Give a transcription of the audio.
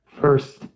First